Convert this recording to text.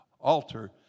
altar